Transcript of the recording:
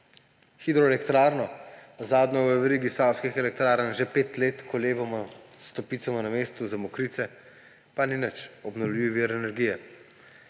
hidroelektrarno, zadnjo v verigi savskih elektrarn, že pet let kolebamo, stopicamo na mestu za Mokrice, pa ni nič obnovljivi vir energije.